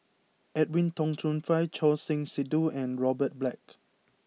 Edwin Tong Chun Fai Choor Singh Sidhu and Robert Black